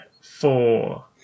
four